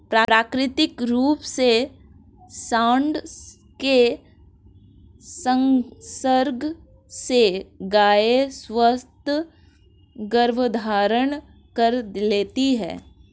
प्राकृतिक रूप से साँड के संसर्ग से गायें स्वतः गर्भधारण कर लेती हैं